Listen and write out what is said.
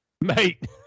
Mate